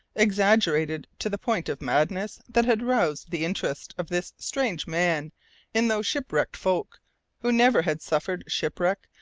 exaggerated to the point of madness, that had roused the interest of this strange man in those shipwrecked folk who never had suffered shipwreck,